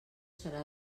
serà